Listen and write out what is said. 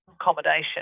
accommodation